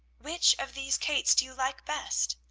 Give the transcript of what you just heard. which of these kates do you like best?